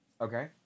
Okay